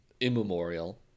Immemorial